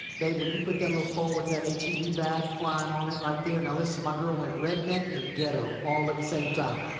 babe, when you put that little pole with that h e b bag flying on it right there. now listen, my girl went red neck and ghetto all at the same time.